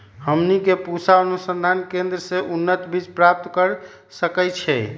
हमनी के पूसा अनुसंधान केंद्र से उन्नत बीज प्राप्त कर सकैछे?